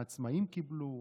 העצמאים קיבלו,